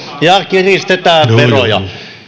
ja kiristetään veroja